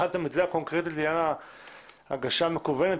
קונקרטית לעניין הגשה מקוונת,